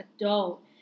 adult